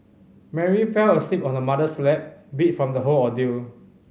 Mary fell asleep on her mother's lap beat from the whole ordeal